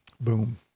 Boom